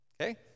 Okay